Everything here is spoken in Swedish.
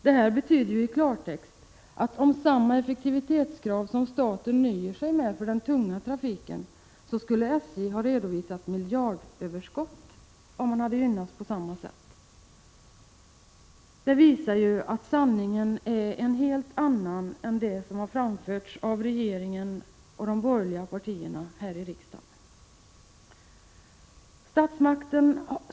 Detta betyder i klartext, att om staten nöjt sig med samma effektivitetskrav som för den tunga trafiken, skulle SJ ha redovisat miljardöverskott. Sanningen är alltså en helt annan än den som framförs av regeringen och de borgerliga partierna här i riksdagen.